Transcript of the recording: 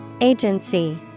Agency